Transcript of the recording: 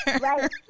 Right